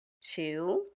two